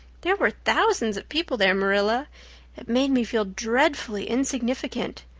there were thousands of people there, marilla. it made me feel dreadfully insignificant.